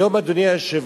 היום, אדוני היושב-ראש,